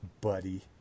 buddy